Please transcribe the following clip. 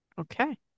Okay